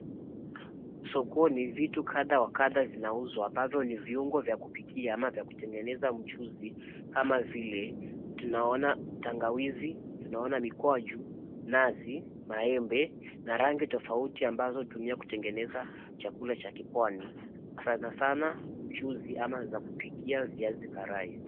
Sokoni vitu kadha wa kadha vinauzwa ambavyo ni viungo vya kupikia ama vya kutengeneza mchuzi kama vile tunaona tangawizi, tunaona mikwaju, nazi, maembe na rangi tofauti ambazo zinatumiwa kutengeneza chakula cha kipwani, sanasana mchuzi ama za kupikia viazi karai.